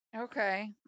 Okay